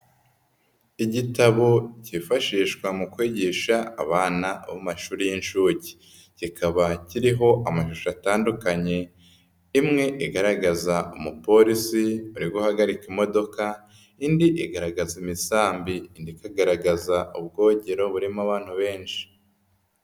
Igitabo cyifashishwa mu kwigisha abana bo mu mashuri y'inshuke, kikaba kiriho amashusho atandukanye, imwe igaragaza umupolisi uri guhagarika imodoka, indi igaragaza imisambi, indi ikagaragaza ubwogero burimo abantu benshi.